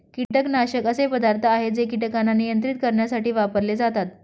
कीटकनाशक असे पदार्थ आहे जे कीटकांना नियंत्रित करण्यासाठी वापरले जातात